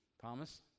Thomas